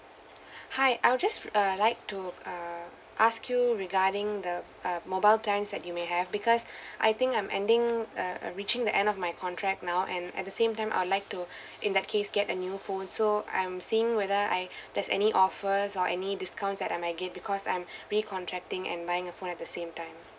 hi I would just uh I like to uh ask you regarding the uh mobile plans that you may have because I think I'm ending uh uh reaching the end of my contract now and at the same time I'll like to in that case get a new phone so I'm seeing whether I there's any offers or any discounts that I might get because I'm recontracting and buying a phone at the same time